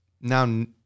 now